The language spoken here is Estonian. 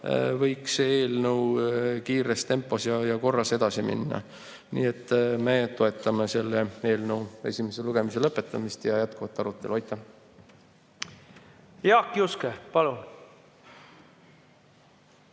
võiks kiires tempos ja korras edasi minna. Nii et me toetame selle eelnõu esimese lugemise lõpetamist ja jätkuvat arutelu. Aitäh! Jaak Juske, palun!